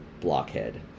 blockhead